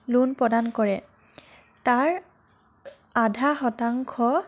loan প্ৰদান কৰে তাৰ আধা শতাংশ